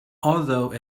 although